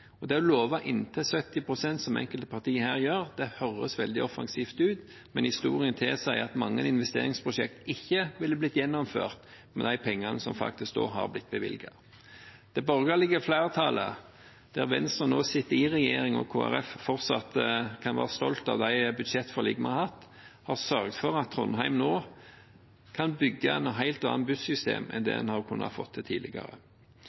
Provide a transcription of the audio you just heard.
Det å love «inntil 70 pst.», som enkelte partier her gjør, høres veldig offensivt ut, men historien tilsier at mange investeringsprosjekter ikke ville blitt gjennomført med de pengene som faktisk da hadde blitt bevilget. Det borgerlige flertallet, der Venstre nå sitter i regjering og Kristelig Folkeparti fortsatt kan være stolt av de budsjettforlikene vi har hatt, har sørget for at Trondheim nå kan bygge et helt annet bussystem enn det en har kunnet få til tidligere.